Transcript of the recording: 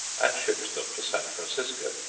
and shipped them to san francisco.